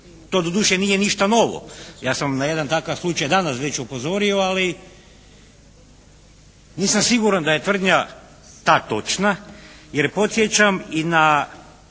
To doduše nije novo. Ja sam na jedan takav slučaj danas već upozorio ali nisam siguran da je tvrdnja ta točna jer podsjećam i na